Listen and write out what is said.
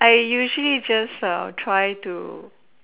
I usually just err try to